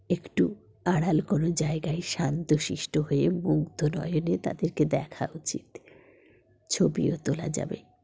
একটু আড়াল কোনো জায়গায় শান্ত শিষ্ট হয়ে মুগ্ধ নয়নে তাদেরকে দেখা উচিত ছবিও তোলা যাবে